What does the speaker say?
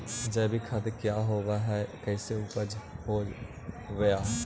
जैविक खाद क्या होब हाय कैसे उपज हो ब्हाय?